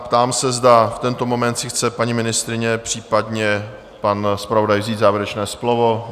Ptám se, zda v tento moment si chce paní ministryně, případně pan zpravodaj vzít závěrečné slovo?